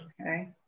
okay